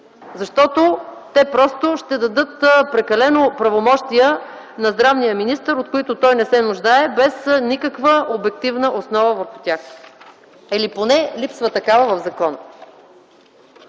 Защото те просто ще дадат прекалени правомощия на здравния министър, от които той не се нуждае без никаква обективна основа върху тях. Или поне липсва такава в закона.